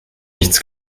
nichts